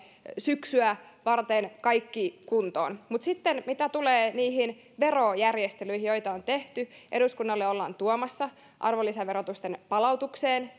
syksyä varten kaiken kuntoon sitten mitä tulee niihin verojärjestelyihin joita on tehty niin eduskunnalle ollaan tuomassa arvonlisäverotusten palautukseen